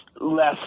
less